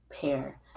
pair